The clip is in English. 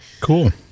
cool